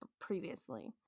previously